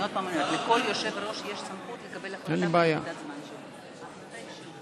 מה אתה רוצה